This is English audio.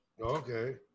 Okay